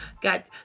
got